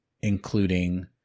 including